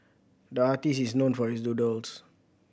the artist is known for his doodles